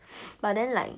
but then like